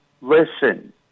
listen